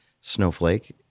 Snowflake